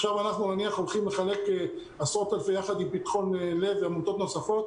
נניח שעכשיו אנחנו הולכים לחלק יחד עם "פתחון לב" ועמותות נוספות